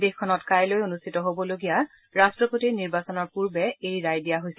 দেশখনত কাইলৈ অনুষ্ঠিত হ'ব লগা ৰাষ্ট্ৰপতি নিৰ্বাচনৰ পূৰ্বেই এই ৰায় দিয়া হৈছে